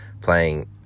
playing